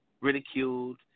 ridiculed